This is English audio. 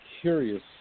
curious